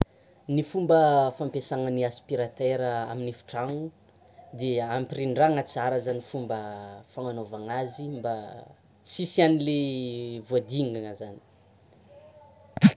Ny fomba fampiasana ny aspiratera amin'ny efitrano de hampirindrana tsara zany fomba fagnanaovana azy mba tsisy anle voadingana zany.